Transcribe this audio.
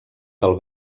del